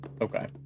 Okay